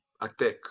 Attack